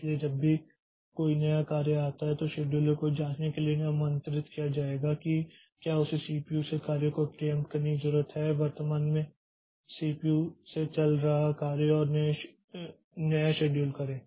इसलिए जब भी कोई नया कार्य आता है तो शेड्यूलर को यह जांचने के लिए आमंत्रित किया जाएगा कि क्या उसे सीपीयू से कार्य को प्रियेंप्ट करने की जरूरत है वर्तमान में सीपीयू से चल रहा कार्य और नया शेड्यूल करें